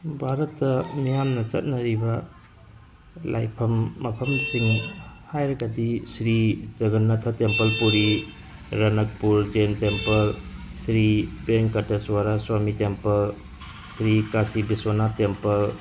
ꯚꯥꯔꯠꯇ ꯃꯤꯌꯥꯝꯅ ꯆꯠꯅꯔꯤꯕ ꯂꯥꯏꯐꯝ ꯃꯐꯝꯁꯤꯡ ꯍꯥꯏꯔꯒꯗꯤ ꯁ꯭ꯔꯤ ꯖꯒꯅꯥꯊ ꯇꯦꯝꯄꯜ ꯄꯨꯔꯤ ꯔꯅꯛꯄꯨꯔ ꯖꯦꯟ ꯇꯦꯝꯄꯜ ꯁ꯭ꯔꯤ ꯄ꯭ꯔꯦꯝꯀꯇꯁ꯭ꯋꯔꯁ꯭꯭ꯋꯥꯃꯤ ꯇꯦꯝꯄꯜ ꯁ꯭ꯔꯤ ꯀꯥꯁꯤ ꯕꯤꯁ꯭ꯋꯥꯅꯥꯊ ꯇꯦꯝꯄꯜ